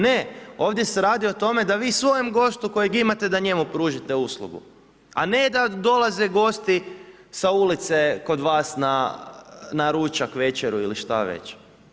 Ne, ovdje se radi o tome da vi svojem gostu kojeg imate da njemu pružite uslugu a ne da dolaze gosti sa ulice kod vas na ručak, večeru ili šta već.